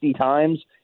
times